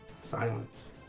Silence